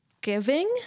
giving